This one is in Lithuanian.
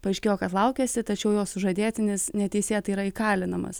paaiškėjo kad laukiasi tačiau jos sužadėtinis neteisėtai yra įkalinamas